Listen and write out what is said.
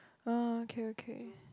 oh okay okay